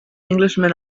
englishman